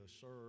serve